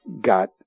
got